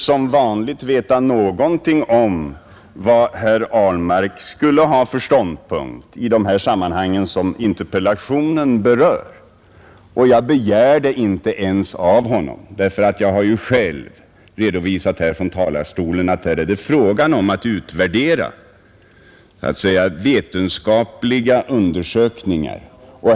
Som vanligt fick jag inte veta vad herr Ahlmark har för ståndpunkt när det gäller de frågor som interpellationen berör. Det begär jag heller inte av honom, eftersom jag själv från denna talarstol har redovisat att här gäller det att utvärdera vetenskapliga undersökningar.